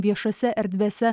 viešose erdvėse